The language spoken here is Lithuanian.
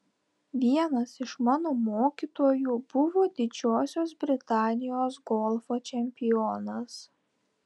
vienas iš mano mokytojų buvo didžiosios britanijos golfo čempionas